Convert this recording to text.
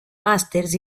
màsters